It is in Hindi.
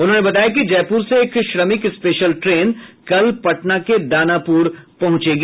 उन्होंने बताया कि जयपुर से एक श्रमिक स्पेशल ट्रेन कल पटना के दानापुर पहुंचेगी